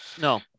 no